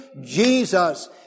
Jesus